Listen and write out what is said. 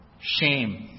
shame